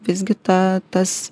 visgi ta tas